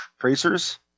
tracers